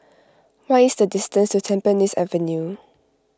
what is the distance to Tampines Avenue